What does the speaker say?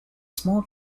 small